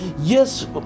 Yes